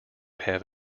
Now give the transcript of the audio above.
have